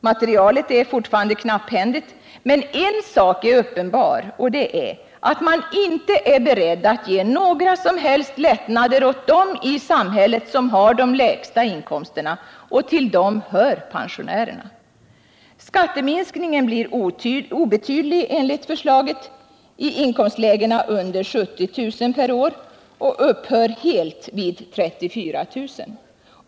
Materialet är fortfarande knapphändigt, men en sak är uppenbar och det är att man inte är beredd att ge några som helst lättnader åt dem i samhället som har de lägsta inkomsterna — och till dem hör pensionärerna. Skatteminskningen blir enligt förslaget obetydlig i inkomstlägena under 70 000 per år och upphör helt vid 34000.